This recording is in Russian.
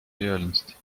реальность